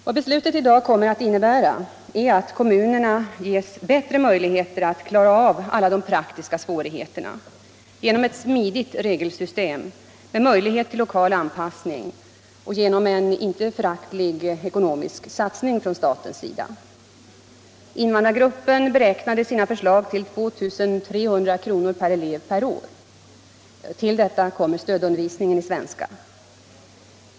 Vad beslutet i dag kommer att innebära är att kommunerna ges bättre förutsättningar att klara alla de praktiska svårigheterna genom ett smidigt regelsystem med möjlighet till lokal anpassning och genom en inte föraktlig ekonomisk satsning från statens sida. Invandrargruppen kostnadsberäknade sina förslag till 2 300 kr. per elev och år. Till detta kommer kostnaden för stödundervisning i svenska.